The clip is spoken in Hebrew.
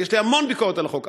יש לי המון ביקורת על החוק,